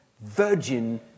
virgin